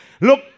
Look